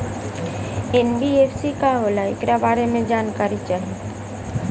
NBFC का होला ऐकरा बारे मे जानकारी चाही?